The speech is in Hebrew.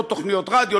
לא תוכניות רדיו,